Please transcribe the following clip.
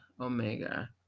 omega